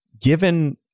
given